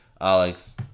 Alex